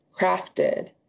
crafted